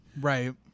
Right